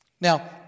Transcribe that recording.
Now